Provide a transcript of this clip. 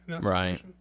Right